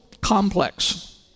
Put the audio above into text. complex